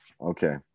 Okay